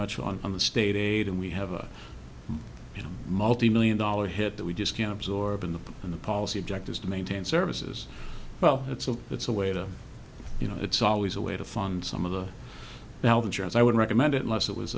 much on the state and we have a multi million dollar hit that we just can't absorb in the in the policy objectives to maintain services well it's a it's a way to you know it's always a way to fund some of the health insurance i would recommend it unless it was